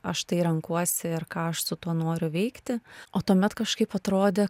aš tai renkuosi ir ką aš su tuo noriu veikti o tuomet kažkaip atrodė